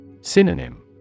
Synonym